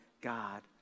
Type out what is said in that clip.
God